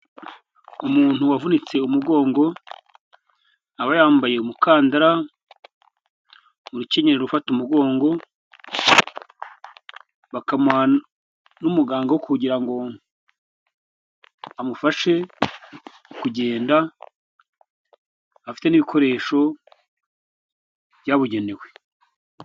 Umuntu wavunitse umugongo, aba yambaye umukandara, mu rukenyerero ufata umugongo bakamuha n'umuganga kugira ngo amufashe kugenda afite n'ibikoresho byabugenewe.